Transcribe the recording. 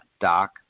doc